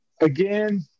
Again